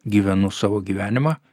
gyvenu savo gyvenimą